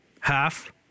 Half